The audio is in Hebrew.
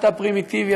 אתה פרימיטיבי,